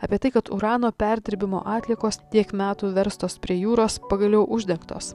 apie tai kad urano perdirbimo atliekos tiek metų verstos prie jūros pagaliau uždegtos